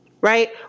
Right